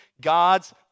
God's